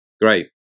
Great